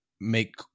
make